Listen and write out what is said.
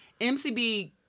MCB